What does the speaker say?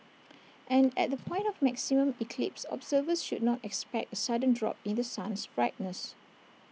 and at the point of maximum eclipse observers should not expect A sudden drop in the sun's brightness